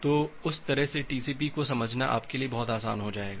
तो उस तरह से टीसीपी को समझना आपके लिए बहुत आसान हो जाएगा